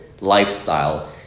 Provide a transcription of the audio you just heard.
lifestyle